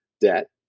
debt